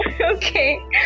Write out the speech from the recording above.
Okay